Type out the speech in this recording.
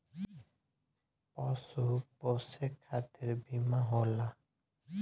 पशु पोसे खतिर बीमा होला